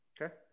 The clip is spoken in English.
okay